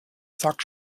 sagt